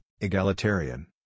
egalitarian